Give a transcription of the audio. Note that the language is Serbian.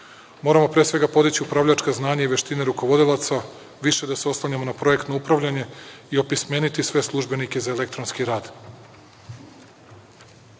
Moramo pre svega podići upravljačka znanja i veštine rukovodilaca, više da se oslanjamo na projektno upravljanje i opismeniti sve službenike za elektronski rad.